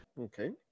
Okay